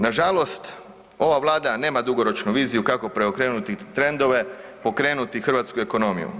Nažalost, ova Vlada nema dugoročnu viziju kako preokrenuti trendove, pokrenuti hrvatsku ekonomiju.